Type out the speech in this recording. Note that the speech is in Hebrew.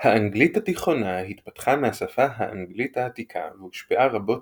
האנגלית התיכונה התפתחה מהשפה האנגלית העתיקה והושפעה רבות